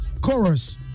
Chorus